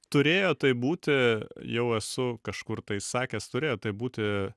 turėjo tai būti jau esu kažkur tai sakęs turėjo tai būti